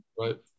right